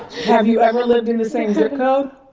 have you ever lived in the same zip code?